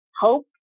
hope